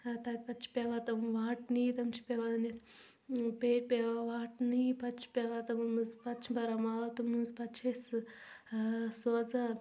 ٲں تمہِ پتہٕ چھِ پیٚوان تِم واٹنہِ تِم چھِ پیٚوان پیٹہِ پیٚوان واٹنہِ پتہٕ چھِ پیٚوان تِمن منٛز پتہِ چھِ بران مال تِمن منٛز پتہٕ چھِ أسۍ سُہ ٲں سوٗزان